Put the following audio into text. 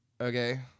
okay